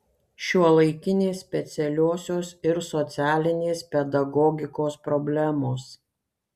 šiuolaikinės specialiosios ir socialinės pedagogikos problemos